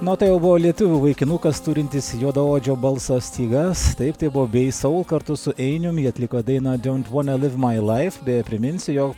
na o tai jau buvo lietuvių vaikinukas turintis juodaodžio balso stygas taip tai buvo bei sol kartu su einiumi jie atliko dainą don vana liv mai laif beje priminsiu jog